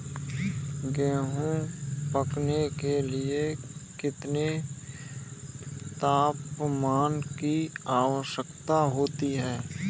गेहूँ पकने के लिए कितने तापमान की आवश्यकता होती है?